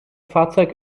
fahrzeug